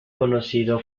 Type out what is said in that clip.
conocido